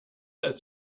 als